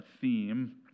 theme